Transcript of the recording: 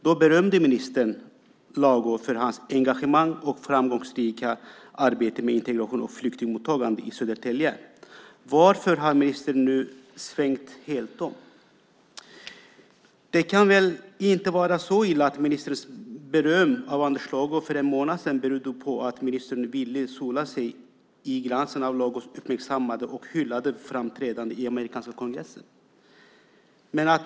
Då berömde ministern Lago för hans engagemang och framgångsrika arbete med integration och flyktingmottagande i Södertälje. Varför har ministern nu svängt helt om? Det kan väl inte vara så illa att ministerns beröm av Anders Lago för en månad sedan berodde på att ministern ville sola sig i glansen av Lagos uppmärksammade och hyllade framträdande i amerikanska kongressen?